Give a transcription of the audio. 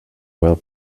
well